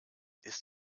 ist